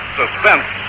suspense